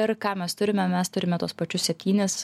ir ką mes turime mes turime tuos pačius septynis